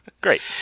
great